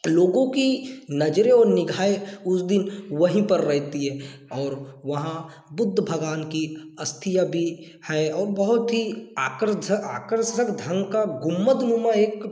लोगों की नजरें और निगाहें उस दिन वही पर रहती हैं और वहाँ बुद्ध भगवान की अस्थियाँ भी हैं और बहुत ही आकर्षक ढंग का गुंबदनुमा एक